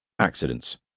accidents